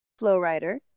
Flowrider